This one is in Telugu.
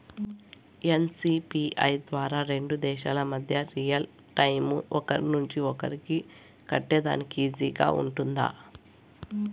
ఎన్.సి.పి.ఐ ద్వారా రెండు దేశాల మధ్య రియల్ టైము ఒకరి నుంచి ఒకరికి కట్టేదానికి ఈజీగా గా ఉంటుందా?